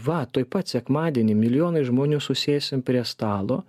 va tuoj pat sekmadienį milijonai žmonių susėsim prie stalo